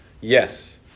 yes